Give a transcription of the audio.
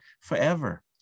forever